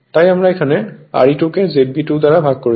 তাই আমরা এখানে Re₂ কে ZB 2 দ্বারা ভাগ করছি